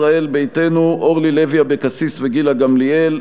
ישראל ביתנו: אורלי לוי אבקסיס וגילה גמליאל.